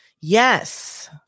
Yes